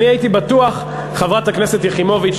חברת הכנסת יחימוביץ,